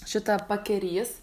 šitą pakerys